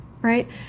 Right